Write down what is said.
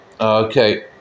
Okay